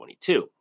2022